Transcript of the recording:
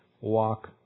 walk